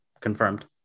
confirmed